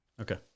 Okay